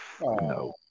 No